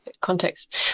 context